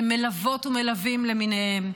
מלוות ומלווים למיניהם.